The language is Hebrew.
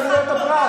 על חירויות הפרט?